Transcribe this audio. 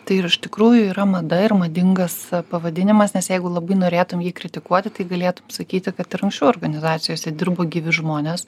tai ir iš tikrųjų yra mada ir madingas pavadinimas nes jeigu labai norėtum jį kritikuoti tai galėtum sakyti kad ir anksčiau organizacijose dirbo gyvi žmonės